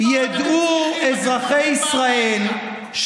ידעו אזרחי ישראל,